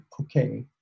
okay